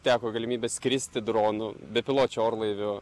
teko galimybė skristi dronu bepiločiu orlaiviu